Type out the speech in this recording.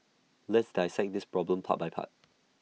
let's dissect this problem part by part